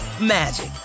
magic